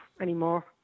anymore